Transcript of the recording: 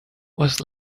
was